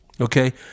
Okay